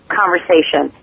conversation